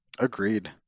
Agreed